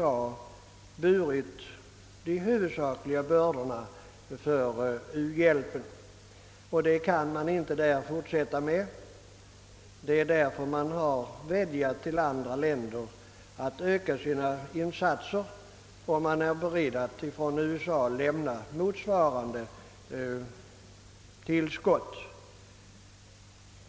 har burit de huvudsakliga bördorna för uhjälpen. Det kan man emellertid inte fortsätta med, och därför har man vädjat till andra länder att öka sina insatser. I så fall är man i USA beredd att lämna motsvarande tillskott.